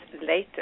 later